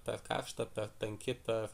per karšta per tanki per